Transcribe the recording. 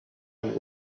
and